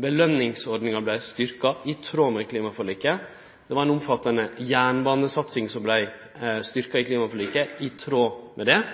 belønningsordninga vart styrkt i tråd med klimaforliket, og det var ei omfattande jernbanesatsing som vart styrkt i klimaforliket, i tråd med det.